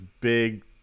big